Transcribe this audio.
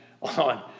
on